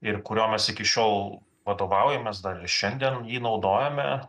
ir kuriuo mes iki šiol vadovaujamės dar ir šiandien jį naudojame